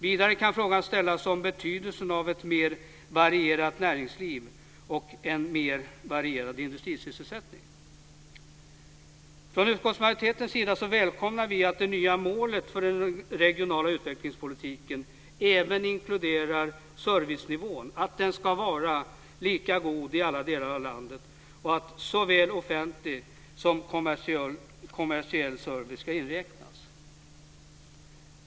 Vidare kan frågan ställas om betydelsen av ett mer varierat näringsliv och en mer varierad industrisysselsättning. Från utskottsmajoritetens sida välkomnar vi att det nya målet för den regionala utvecklingspolitiken även inkluderar servicenivån och att den ska vara lika god i alla delar av landet och att såväl offentlig som kommersiell service ska inräknas.